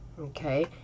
Okay